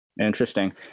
interesting